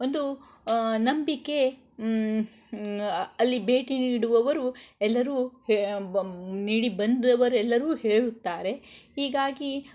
ಒಂದು ನಂಬಿಕೆ ಅಲ್ಲಿ ಭೇಟಿ ನೀಡುವವರು ಎಲ್ಲರೂ ನೀಡಿ ಬಂದವರೆಲ್ಲರೂ ಹೇಳುತ್ತಾರೆ ಹೀಗಾಗಿ